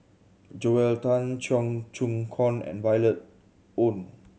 Joel Tan Cheong Choong Kong and Violet Oon